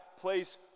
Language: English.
place